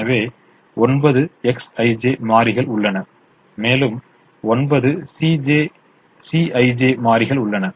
எனவே 9Xij மாறிகள் உள்ளன மேலும் 9Cij மாறிகள் உள்ளன